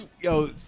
yo